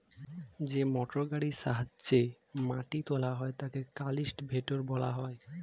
যে মোটরগাড়ির সাহায্যে মাটি তোলা হয় তাকে কাল্টিভেটর বলা হয়